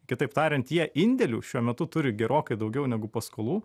kitaip tariant jie indėlių šiuo metu turi gerokai daugiau negu paskolų